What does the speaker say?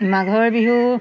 মাঘৰ বিহু